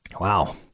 Wow